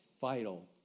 vital